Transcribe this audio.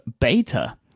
beta